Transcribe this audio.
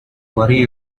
worry